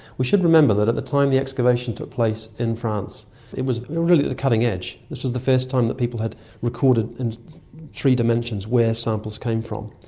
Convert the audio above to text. we should remember that at the time the excavation took place in france it was really at the cutting edge, this was the first time that people had recorded in three dimensions where samples came from.